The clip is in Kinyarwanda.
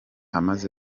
amaze